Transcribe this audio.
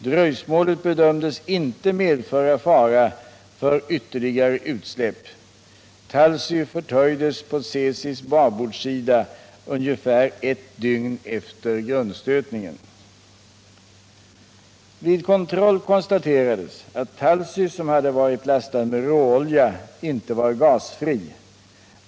Dröjsmålet bedömdes inte medföra fara för ytterligare utsläpp. Talsy förtöjdes på Tsesis babordsida ungefär ett dygn efter grundstötningen. Vid kontroll konstaterades att Talsy, som hade varit lastad med råolja, inte var gasfri.